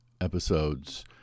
episodes